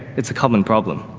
it's a common problem.